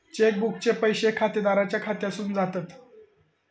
check बुकचे पैशे खातेदाराच्या खात्यासून जातत